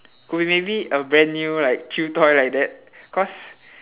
could be maybe a brand new like chew toy like that cause